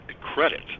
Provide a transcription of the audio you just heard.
credit